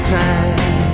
time